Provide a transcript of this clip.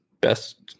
best